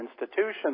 institutions